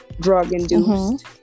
drug-induced